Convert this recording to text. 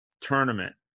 tournament